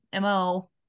MO